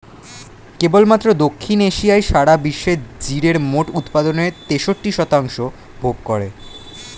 কেবলমাত্র দক্ষিণ এশিয়াই সারা বিশ্বের জিরের মোট উৎপাদনের তেষট্টি শতাংশ ভোগ করে